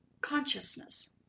consciousness